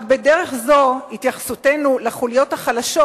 רק בדרך זו, התייחסותנו לחוליות החלשות,